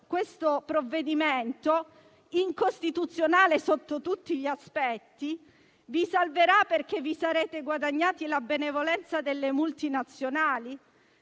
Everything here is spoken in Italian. questo provvedimento (incostituzionale sotto tutti gli aspetti), vi salverà, perché vi sarete guadagnati la benevolenza delle multinazionali?